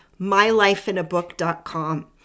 mylifeinabook.com